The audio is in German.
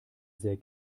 sehr